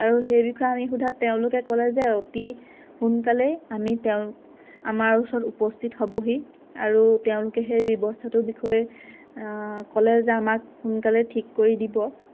আৰু সেই বিষয়ে আমি সোধাত তেওঁলোকে ক'লে যে অতি সোনকালেই আমি তেওঁ আমাৰ ওচৰত উপস্থিত হ'বহি আৰু তেওঁলোকে সেই ব্যৱস্থাটো বিষয়ে ক'লে যে আমাক সোনকালে ঠিক কৰি দিব